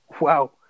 Wow